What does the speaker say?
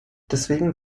deswegen